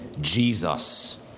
Jesus